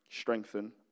strengthen